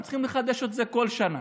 הם צריכים לחדש את זה כל שנה.